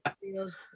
feels